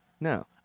No